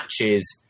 matches